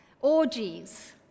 orgies